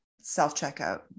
self-checkout